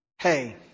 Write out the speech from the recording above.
hey